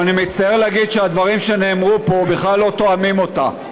ואני מצטער להגיד שהדברים שנאמרו פה בכלל לא תואמים אותה.